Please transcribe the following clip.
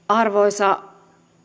arvoisa